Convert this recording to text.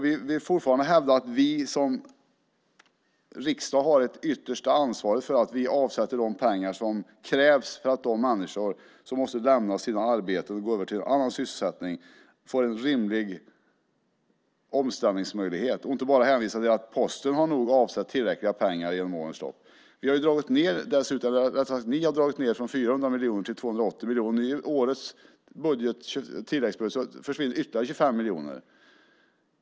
Vi vill fortfarande hävda att vi som riksdag har det yttersta ansvaret för att avsätta de pengar som krävs för att de människor som måste lämna sina arbeten och gå över till annan sysselsättning får en rimlig omställningsmöjlighet och inte bara hänvisas till att Posten nog har avsatt tillräckligt med pengar under årens lopp. Ni har dessutom dragit ned från 400 miljoner till 280 miljoner. I årets tilläggsbudget försvinner ytterligare 25 miljoner.